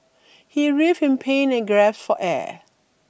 he writhed in pain and grasped for air